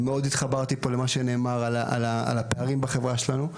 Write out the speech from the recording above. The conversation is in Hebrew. מאוד התחברתי פה למה שנאמר על הפערים בחברה שלנו,